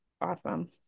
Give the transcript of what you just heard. Awesome